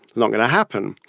not gonna happen.